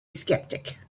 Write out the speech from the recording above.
skeptic